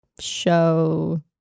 show